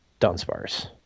Dunsparce